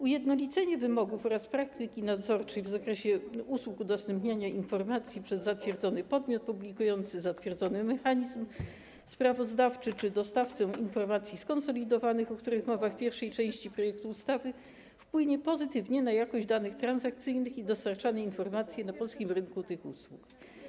Ujednolicenie wymogów oraz praktyki nadzorczej w zakresie usług udostępniania informacji przez zatwierdzony podmiot publikujący, zatwierdzony mechanizm sprawozdawczy czy dostawcę informacji skonsolidowanych, o których mowa w pierwszej części projektu ustawy, wpłynie pozytywnie na jakość danych transakcyjnych i dostarczanej informacji na polskim rynku tych usług.